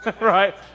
Right